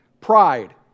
Pride